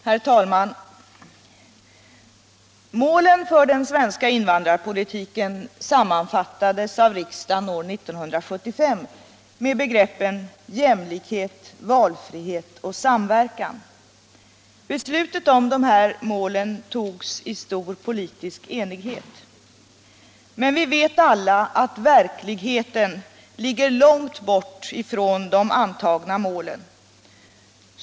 Herr talman! Målen för den svenska invandrarpolitiken sammanfattades av riksdagen år 1975 med begreppen jämlikhet, valfrihet och samverkan. Beslutet om de här målen fattades i stor politisk enighet, men vi vet alla att verkligheten ligger långt från de uppsatta målen.